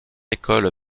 école